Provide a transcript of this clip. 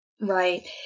Right